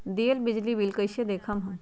दियल बिजली बिल कइसे देखम हम?